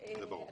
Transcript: זה ברור.